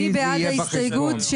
ניגש להצבעה על ההסתייגויות.